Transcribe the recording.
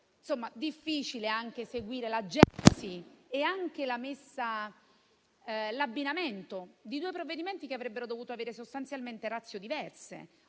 difficile anche seguire la genesi e l'abbinamento di due provvedimenti che avrebbero dovuto avere sostanzialmente *ratio* diverse.